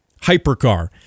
hypercar